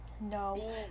No